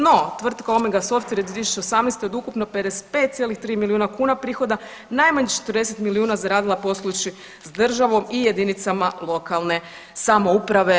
No, tvrtka Omega Sofware je 2018. od ukupno 55,3 milijuna kuna prihoda najmanje 40 milijuna zaradila poslujući s državom i jedinicama lokalne samouprave.